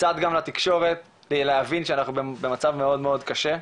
קצת גם לתקשורת כדי להבין שאנחנו במצב מאוד קשה,